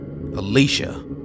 alicia